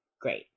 Great